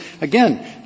again